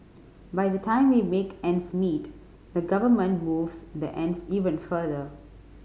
by the time we make ends meet the government moves the ends even further